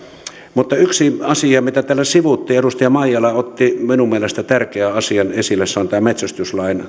mutta yksi asia mitä täällä sivuttiin edustaja maijala otti minun mielestäni tärkeän asian esille on tämä metsästyslain